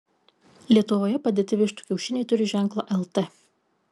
lietuvoje padėti vištų kiaušiniai turi ženklą lt